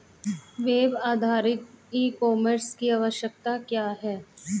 Web आधारित e commerce की आवश्यकता क्या है?